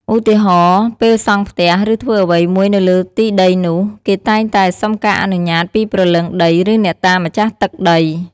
ឧទាហរណ៍ ពេលសង់ផ្ទះ ឬធ្វើអ្វីមួយនៅលើទីដីនោះ គេតែងតែសុំការអនុញ្ញាតពីព្រលឹងដីឬអ្នកតាម្ចាស់ទឹកដី។